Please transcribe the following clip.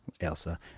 Elsa